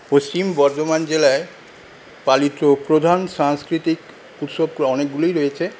পশ্চিম বর্ধমান জেলায় পালিত প্রধান সাংস্কৃতিক উৎসবগুলো অনেকগুলোই রয়েছে